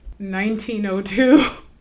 1902